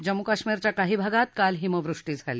जम्मू काश्मीरच्या काही भागात काल हिमवृष्टी झाली